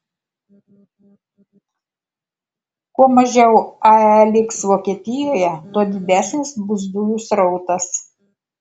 kuo mažiau ae liks vokietijoje tuo didesnis bus dujų srautas